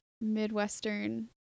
Midwestern